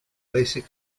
basic